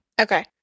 Okay